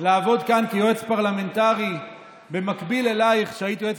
לעבוד כאן כיועץ פרלמנטרי במקביל אלייך כשהיית יועצת